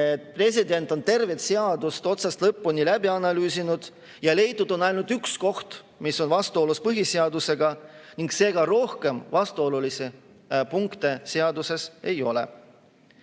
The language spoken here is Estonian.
et president on terve seaduse otsast lõpuni läbi analüüsinud ja leidnud ainult ühe koha, mis on vastuolus põhiseadusega, seega rohkem vastuolulisi punkte seaduses ei ole.